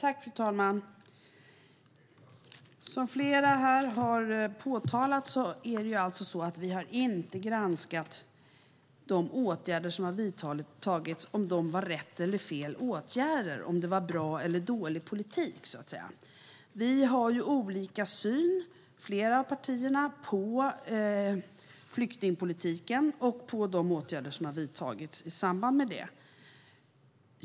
Fru talman! Som flera här har påpekat har vi inte granskat om de åtgärder som vidtagits var rätt eller fel åtgärder eller om de var bra eller dålig politik. Flera av partierna har olika syn på flyktingpolitiken och de åtgärder som vidtagits i samband med den.